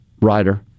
writer